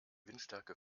windstärke